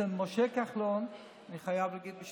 שם אין שרים בלי תיק, הגיע, יש לי